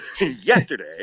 yesterday